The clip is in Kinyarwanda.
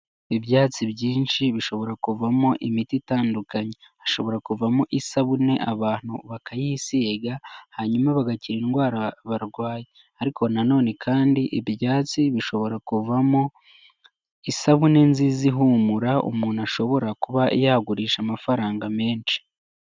Ibyatsi byinshi bishobora kuvamo imiti itandukanye, hashobora kuvamo isabune abantu bakayisiga hanyuma bagakira indwara barwaye, ariko na none kandi ibyatsi bishobora kuvamo isabune nziza ihumura umuntu ashobora kuba yagurisha amafaranga menshi.